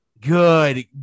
Good